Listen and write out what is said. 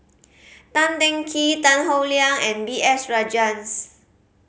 Tan Teng Kee Tan Howe Liang and B S Rajhans